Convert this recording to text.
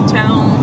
town